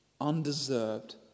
undeserved